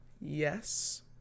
Yes